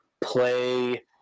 play